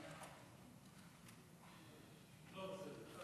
אני לא רוצה לדבר.